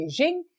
Beijing